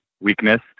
weakness